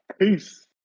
Peace